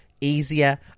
easier